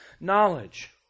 knowledge